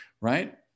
right